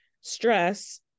stress